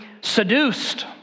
seduced